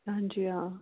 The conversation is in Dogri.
हां जी हां